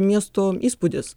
miesto įspūdis